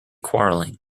quarrelling